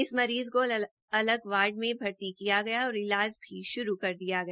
इस मरीज को अलग वार्ड में भर्ती किया गया और ईलाज भी शुरू कर दिया गया